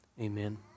amen